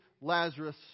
Lazarus